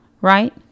Right